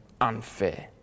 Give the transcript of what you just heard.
unfair